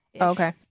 Okay